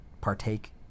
partake